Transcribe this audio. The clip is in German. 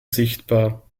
sichtbar